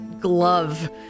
glove